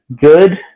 good